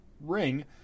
ring